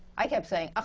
i kept saying, oh,